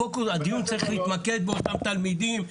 הדיון צריך להתמקד באותם תלמידים,